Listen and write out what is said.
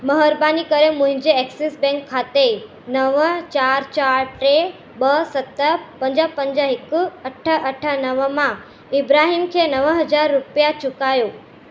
महिरबानी करे मुंहिंजे एक्सिस बैंक खाते नव चारि चारि टे ॿ सत पंज पंज हिकु अठ अठ नव मां इब्राहिम खे नव हज़ार रुपिया चुकायो